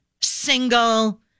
single